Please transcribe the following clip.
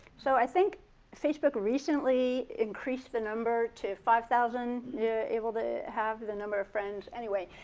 so i think facebook recently increased the number to five thousand yeah able to have the number of friends. anyway,